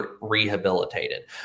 rehabilitated